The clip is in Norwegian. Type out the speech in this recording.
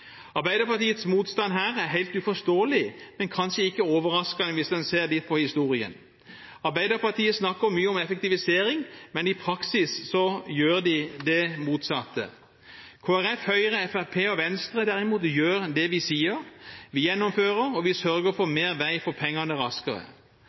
Arbeiderpartiets motstand her er helt uforståelig, men kanskje ikke overraskende hvis en ser litt på historien. Arbeiderpartiet snakker mye om effektivisering, men i praksis gjør de det motsatte. Kristelig Folkeparti, Høyre, Fremskrittspartiet og Venstre, derimot, gjør det vi sier. Vi gjennomfører, og vi sørger for